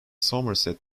somerset